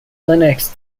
lenox